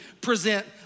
present